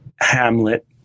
Hamlet